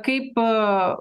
kaip a